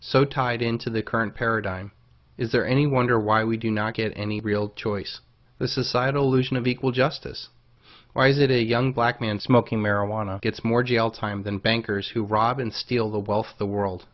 so tied into the current paradigm is there any wonder why we do not get any real choice this is a side allusion of equal justice or is it a young black man smoking marijuana it's more jail time than bankers who rob and steal the wealth of the world